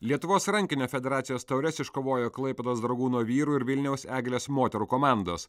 lietuvos rankinio federacijos taures iškovojo klaipėdos dragūno vyrų ir vilniaus eglės moterų komandos